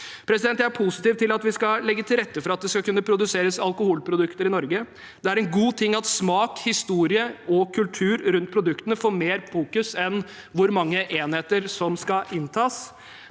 Jeg er positiv til at vi skal legge til rette for at det skal kunne produseres alkoholprodukter i Norge. Det er en god ting at smak, historie og kultur rundt produktene får mer fokus enn hvor mange enheter som skal inntas,